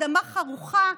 אדמה חרוכה,